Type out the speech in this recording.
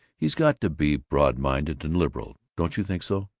he's got to be broad-minded and liberal, don't you think so?